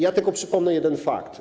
Ja tylko przypomnę jeden fakt.